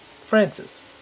Francis